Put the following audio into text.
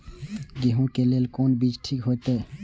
गेहूं के लेल कोन बीज ठीक होते?